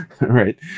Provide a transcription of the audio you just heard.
right